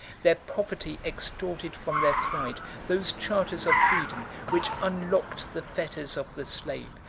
their poverty extorted from their pride those charters of freedom which unlocked the fetters of the slave,